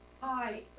Hi